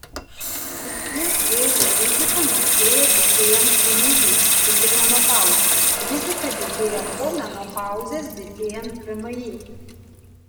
krūties vėžio rizika mažėja didėjant kmi iki menopauzės rizika didėja po menopauzės didėjant kmi